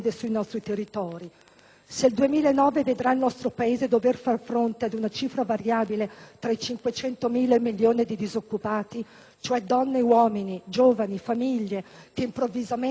Se il 2009 vedrà il nostro Paese dover far fronte ad una cifra variabile tra i 500.000 e il milione di disoccupati, cioè donne e uomini, giovani, famiglie che improvvisamente perdono il lavoro,